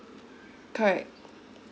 correct